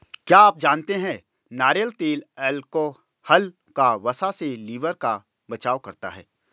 क्या आप जानते है नारियल तेल अल्कोहल व वसा से लिवर का बचाव करता है?